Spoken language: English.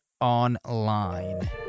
Online